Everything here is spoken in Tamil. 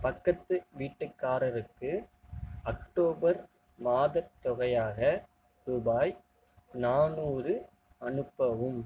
பக்கத்து வீட்டுக்காரருக்கு அக்டோபர் மாதத் தொகையாக ரூபாய் நானூறு அனுப்பவும்